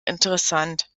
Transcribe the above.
interessant